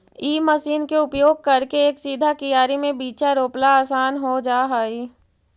इ मशीन के उपयोग करके एक सीधा कियारी में बीचा रोपला असान हो जा हई